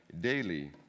daily